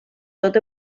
tot